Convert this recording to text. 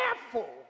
careful